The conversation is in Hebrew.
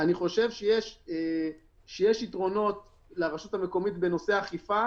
אני חושב שיש יתרונות לרשות המקומית בנושא האכיפה.